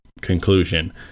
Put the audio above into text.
conclusion